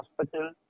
hospital